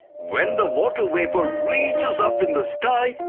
when the water vapour reaches up in the sky,